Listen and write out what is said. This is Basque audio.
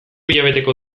hilabeteko